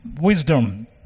wisdom